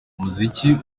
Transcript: umuziki